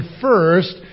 first